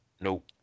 Nope